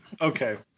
Okay